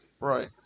Right